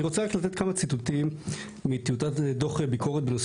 אני רוצה רק לתת כמה ציטוטים מטיוטת דוח ביקורת בנושא